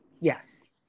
Yes